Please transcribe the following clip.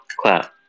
clap